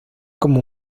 como